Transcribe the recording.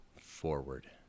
forward